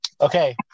Okay